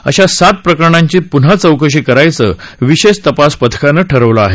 अशा सात प्रकरणांची प्न्हा चौकशी करायचं विशेष तपास पथकानं ठरवलं आहे